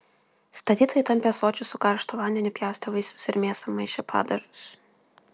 statytojai tampė ąsočius su karštu vandeniu pjaustė vaisius ir mėsą maišė padažus